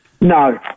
No